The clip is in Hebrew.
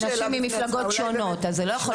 אנשים ממפלגות שונות, אז זה לא יכול להיות.